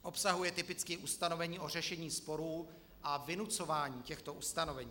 Obsahuje typicky ustanovení o řešení sporů a vynucování těchto ustanovení.